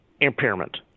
impairment